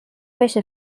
بشه